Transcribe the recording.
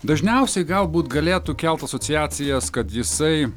dažniausiai galbūt galėtų kelt asociacijas kad jisai